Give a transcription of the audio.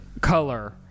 color